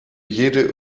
jede